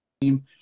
team